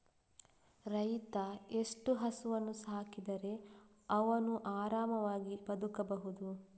ರೈತ ಎಷ್ಟು ಹಸುವನ್ನು ಸಾಕಿದರೆ ಅವನು ಆರಾಮವಾಗಿ ಬದುಕಬಹುದು?